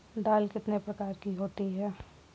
दाल कितने प्रकार की होती है?